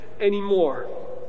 anymore